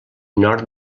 nord